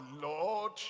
lord